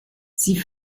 sie